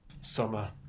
Summer